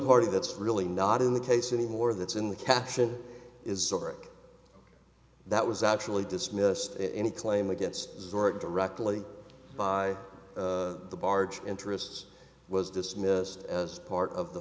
party that's really not in the case anymore that's in the caption is that was actually dismissed any claim against zora directly by the barge interests was dismissed as part of the